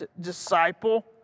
disciple